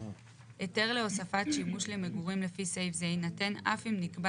(7)היתר להוספת שימוש למגורים לפי סעיף זה יינתן אף אם נקבע